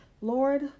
Lord